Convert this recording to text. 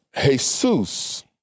Jesus